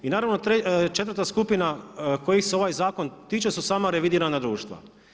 I naravno četvrta skupina kojih se ovaj zakon tiče su sama revidirana društva.